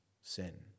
sin